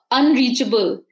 unreachable